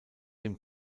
dem